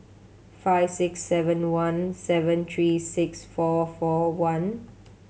five six seven one seven three six four four one